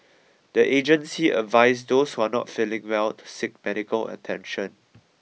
the agency advised those who are not feeling well to seek medical attention